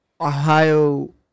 Ohio